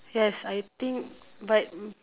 yes I think but